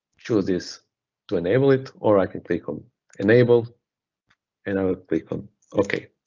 choose this to enable it or i can click on enable and i'll click on okay.